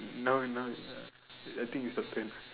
now now is uh I think it's a trend